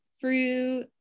fruit